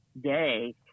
day